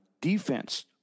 defense